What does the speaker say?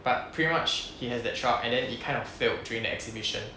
but pretty much he has that truck and then it kind of failed during the exhibition